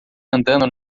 andando